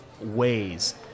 ways